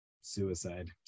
suicide